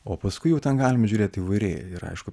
o paskui jau ten galim žiūrėt įvairiai ir aišku